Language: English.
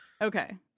Okay